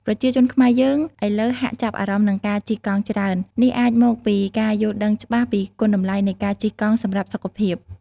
ប្រជាជនខ្មែរយើងឥឡូវហាក់ចាប់អារម្មណ៍នឹងការជិះកង់ច្រើន នេះអាចមកពីការយល់ដឹងច្បាស់ពីគុណតម្លៃនៃការជិះកង់សម្រាប់សុខភាព។